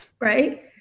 Right